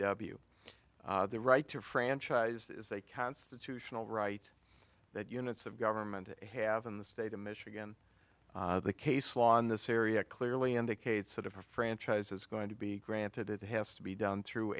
w their right to franchise is a constitutional right that units of government have in the state of michigan the case law in this area clearly indicates that if a franchise is going to be granted it has to be done through